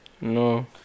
No